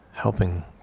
helping